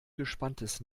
gespanntes